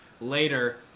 later